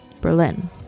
berlin